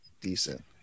decent